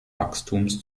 wachstums